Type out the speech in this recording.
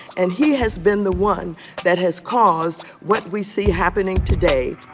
and he has been the one that has caused what we see happening today